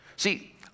See